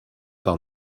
par